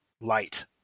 light